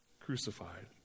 crucified